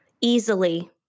easily